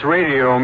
Radio